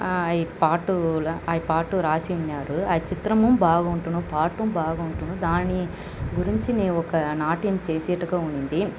ఈ పాటల ఆ పాట రాసి ఉన్నారు ఆ చిత్రం బాగుంటుంది పాట బాగుంటుంది దాని గురించి నేను ఒక నాట్యం చేసేనట్టుగా ఉన్నింది